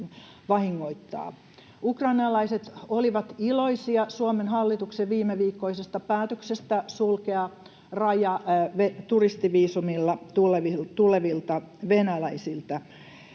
Ukrainalaiset olivat iloisia Suomen hallituksen viimeviikkoisesta päätöksestä sulkea raja turistiviisumilla tulevilta venäläisiltä.